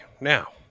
Now